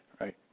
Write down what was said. right